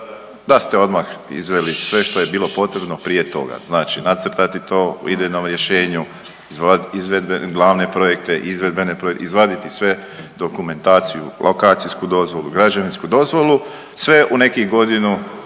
da ste odmah izveli sve što je bilo potrebno prije toga, znači nacrtati to u idejnom rješenju, izvedbe, glavne projekte, izvedbene projekte, izvaditi sve dokumentaciju, lokacijsku dozvolu, građevinsku dozvolu sve u nekih godinu,